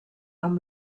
amb